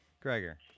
Gregor